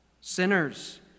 sinners